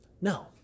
No